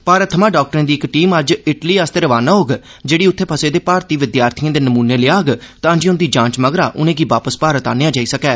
मारत थमां डाक्टरें दी इक टीम अज्ज इटली लेई रवाना होग जेहड़ी उत्थे फसे दे भारती विद्यार्थिएं दे नमूने लेयाग तांजे उंदी जांच मगरा उनें'गी वापस भारत आह्ननेआ जाई सकै